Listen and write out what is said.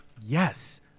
Yes